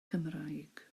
cymraeg